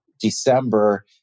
December